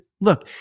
look